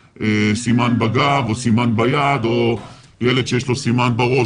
סימן בגב או סימן ביד או ילד שיש לו סימן בראש,